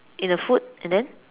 in a food and then